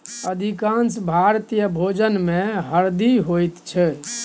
अधिकांश भारतीय भोजनमे हरदि होइत छै